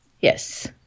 Yes